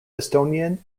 estonian